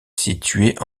située